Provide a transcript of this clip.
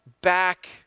back